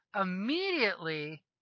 Immediately